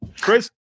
Chris